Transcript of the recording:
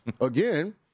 again